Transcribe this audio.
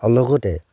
আৰু লগতে